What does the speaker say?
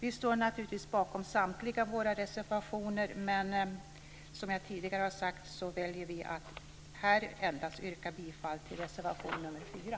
Vi står naturligtvis bakom samtliga våra reservationer men som jag tidigare har sagt väljer vi att här yrka bifall endast till reservation nr 4.